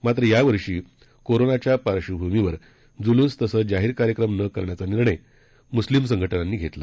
मात्र यावर्षी कोरोनाच्या पार्श्वभूमीवर जुलूस तसंच जाहीर कार्यक्रम न करण्याचा निर्णय मुस्लिम संघटनांनी घेतला